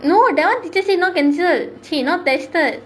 no that [one] teacher say no cancelled say not tested